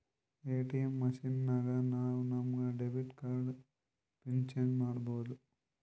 ATM machine ನಾಗ್ ನಾವ್ ನಮ್ ಡೆಬಿಟ್ ಕಾರ್ಡ್ದು ಪಿನ್ ಚೇಂಜ್ ಮಾಡ್ಬೋದು